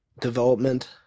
development